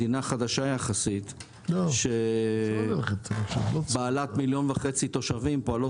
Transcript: שהיא מדינה חדשה יחסית עם מיליון וחצי תושבים,